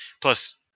Plus